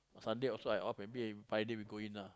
Sunday also I off maybe Friday we also going lah